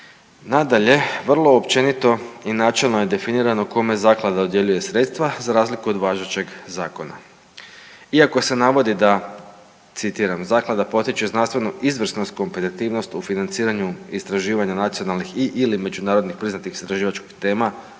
Nadalje, vrlo općenito i načelno je definirano kome naknada dodjeljuje sredstva za razliku od važećeg zakona. Iako se navodi da, citiram, zaklada potiče znanstvenu izvrsnost i kompetitivnost u financiranju istraživanja nacionalnih i/ili međunarodno priznatih istraživačkih tema